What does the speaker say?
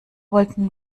wollten